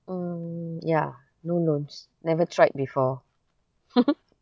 mm ya no loans never tried before